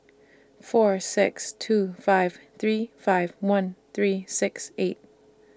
four six two five three five one three six eight